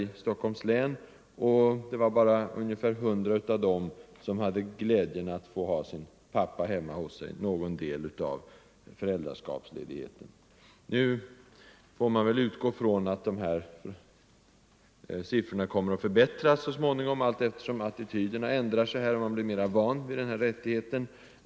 i Stockholms län, men det var bara ungefär 100 av dem som hade glädjen att få ha sin pappa hemma hos sig under någon del av föräldraskapsledigheten. Nu får man väl utgå från att situationen kommer att förbättras så småningom, allteftersom attityderna ändrar sig och människorna blir mera vana vid den nya rättigheten.